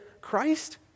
Christ